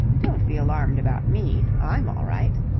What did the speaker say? don't be alarmed about me. i'm all right.